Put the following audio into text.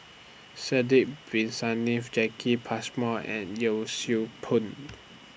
Sidek Bin Saniff Jacki Passmore and Yee Siew Pun